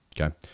Okay